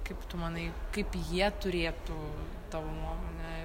kaip tu manai kaip jie turėtų tavo nuomone